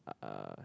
uh